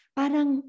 parang